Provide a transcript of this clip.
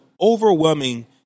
overwhelming